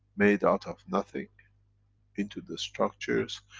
made out of nothing into the structures,